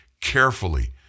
carefully